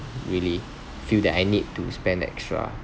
really feel that I need to spend extra